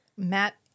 Matt